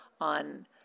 on